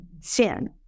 sin